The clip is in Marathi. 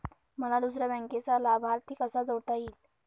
मला दुसऱ्या बँकेचा लाभार्थी कसा जोडता येईल?